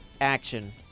action